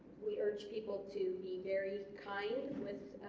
we urge people to be very kind with